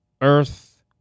earth